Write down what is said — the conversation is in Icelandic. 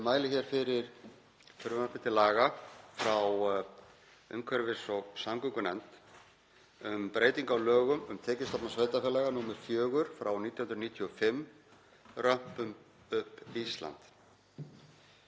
mæli hér fyrir frumvarpi til laga frá umhverfis- og samgöngunefnd um breytingu á lögum um tekjustofna sveitarfélaga, nr. 4/1995, Römpum upp Ísland.